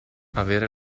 avere